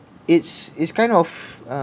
it's it's kind of uh